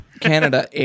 Canada